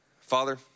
Father